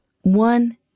One